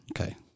Okay